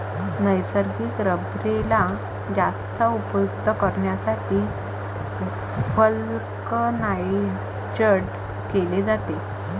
नैसर्गिक रबरेला जास्त उपयुक्त करण्यासाठी व्हल्कनाइज्ड केले जाते